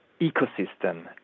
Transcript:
ecosystem